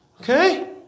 Okay